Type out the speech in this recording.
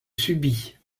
subit